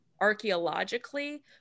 archaeologically